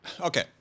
Okay